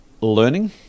learning